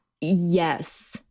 Yes